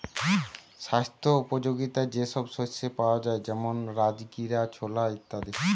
স্বাস্থ্য উপযোগিতা যে সব শস্যে পাওয়া যায় যেমন রাজগীরা, ছোলা ইত্যাদি